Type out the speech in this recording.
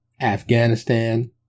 Afghanistan